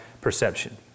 perception